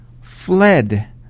fled